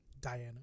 Diana